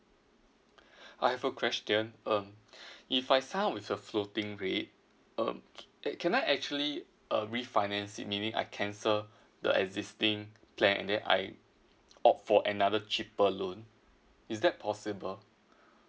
I have a question um if I sign up with a floating rate um can can I actually uh refinance it meaning I cancel the existing plan and then I opt for another cheaper loan is that possible